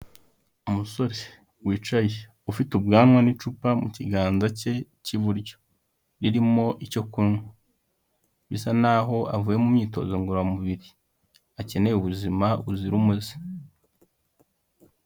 Umusore wicaye ufite ubwanwa n'icupa mu kiganza cye cy'iburyo, ririmo icyo kunywa bisa n'aho avuye mu myitozo ngororamubiri akeneye ubuzima buzira umuze.